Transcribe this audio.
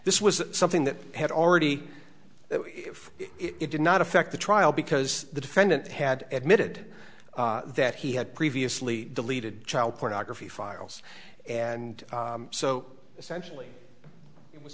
this was something that had already if it did not affect the trial because the defendant had admitted that he had previously deleted child pornography files and so essentially it was